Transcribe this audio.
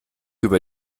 über